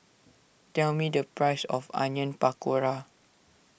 tell me the price of Onion Pakora